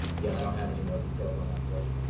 yeah i don't have any more details on that for you.